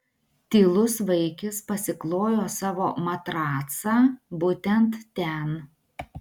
tylus vaikis pasiklojo savo matracą būtent ten